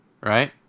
right